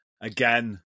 again